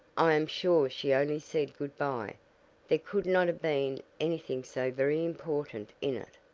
i am sure she only said good-bye there could not have been anything so very important in it.